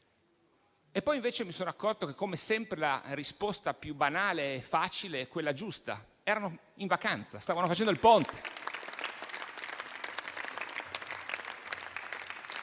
E poi, invece, mi sono accorto che, come sempre, la risposta più banale e facile è quella giusta: erano in vacanza, stavano approfittando del ponte.